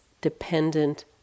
dependent